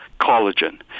collagen